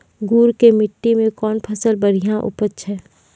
गुड़ की मिट्टी मैं कौन फसल बढ़िया उपज छ?